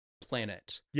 planet